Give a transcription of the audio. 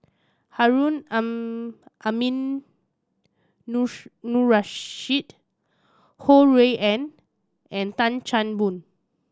Harun Ho Rui An and Tan Chan Boon